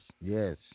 Yes